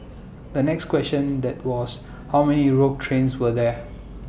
the next question that was how many rogue trains were there